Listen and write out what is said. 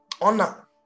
Honor